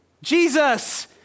Jesus